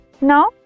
Now